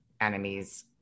enemies